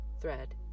thread